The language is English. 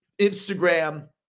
Instagram